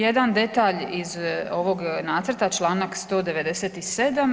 Jedan detalj iz ovog nacrta, članak 197.